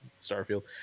starfield